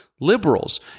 liberals